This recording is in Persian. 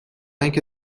اینکه